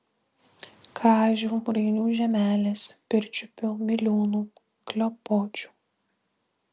kražių rainių žemelės pirčiupių miliūnų klepočių